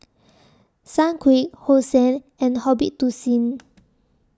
Sunquick Hosen and hobit to Seen